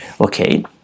okay